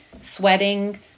sweating